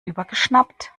übergeschnappt